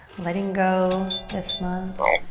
letting go this month.